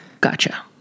Gotcha